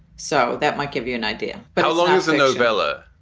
so that might give you an idea. but how long is a novella?